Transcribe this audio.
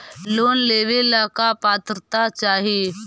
Loan लेवेला का पात्रता चाही?